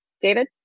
David